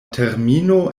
termino